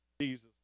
Jesus